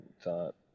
thought